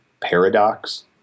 paradox